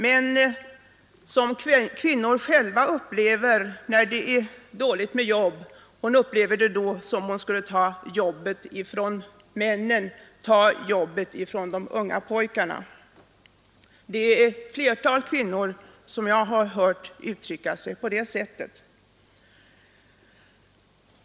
Men när det är dåligt om arbete känner kvinnan det som om hon skulle ta jobbet från männen och de unga pojkarna. Det är ett flertal kvinnor som jag har hört uttrycka sig på det sättet.